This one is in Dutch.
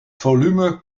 volume